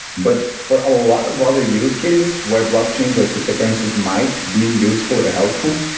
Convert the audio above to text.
but for a lot of other use cases where blockchains or cryptocurrencies might be useful or helpful,